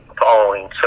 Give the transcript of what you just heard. following